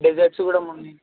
desserts కూడా ఉన్నాయి